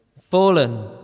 fallen